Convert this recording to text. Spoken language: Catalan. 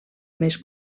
més